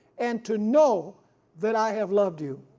and to know that i have loved you.